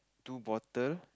two bottle